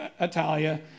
Italia